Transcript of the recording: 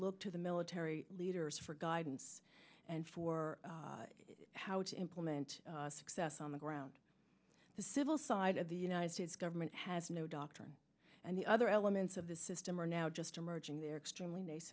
look to the military leaders for guidance and for how to implement success on the ground the civil side of the united states government have no doctrine and the other elements of the system are now just emerging they're extremely